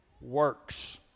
works